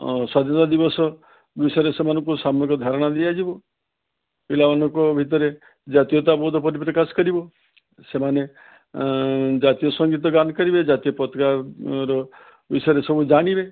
ଆଉ ସ୍ୱାଧୀନତା ଦିବସ ବିଷୟରେ ସେମାନଙ୍କୁ ସମେତ ଧାରଣା ଦିଆଯିବ ପିଲାମାନଙ୍କ ଭିତରେ ଜାତୀୟତା ବୋଧ ପରିପ୍ରକାଶ କରିବ ସେମାନେ ଜାତୀୟ ସଙ୍ଗୀତ ଗାନ୍ କରିବେ ଜାତୀୟ ପତାକାର ବିଷୟରେ ସବୁ ଜାଣିବେ